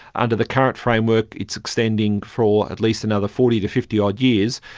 under the current framework it's extending for at least another forty to fifty odd years,